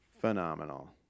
phenomenal